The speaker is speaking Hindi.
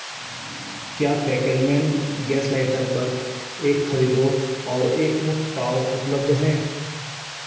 क्या फैकेलमैन गैस लाइटर पर एक खरीदो और एक मुफ़्त पाओ उपलब्ध है